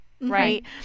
right